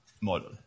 model